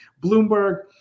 Bloomberg